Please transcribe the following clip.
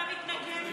תפסיק להטעות.